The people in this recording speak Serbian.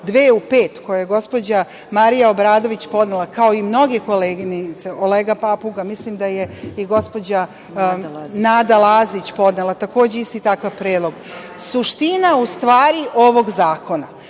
u pet, koje je gospođa Marija Obradović podnela, kao i mnoge koleginice, Olena Papuga, mislim da je i gospođa Nada Lazić podnela takođe isti takav predlog. Suština u stvari ovog zakona,